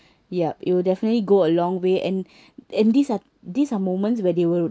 yup it will definitely go a long way and and these are these are moments where they will